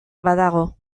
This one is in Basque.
badago